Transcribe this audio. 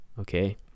okay